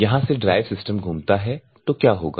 यहां से drive system घूमता है तो क्या होगा